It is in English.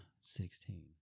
sixteen